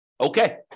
Okay